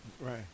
Right